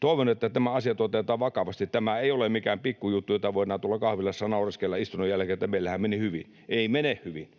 Toivon, että nämä asiat otetaan vakavasti. Tämä ei ole mikään pikkujuttu, jota voidaan tuolla kahvilassa naureskella istunnon jälkeen, että meillähän meni hyvin — ei mene hyvin.